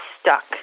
stuck